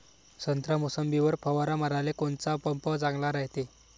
संत्रा, मोसंबीवर फवारा माराले कोनचा पंप चांगला रायते?